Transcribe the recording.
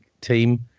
team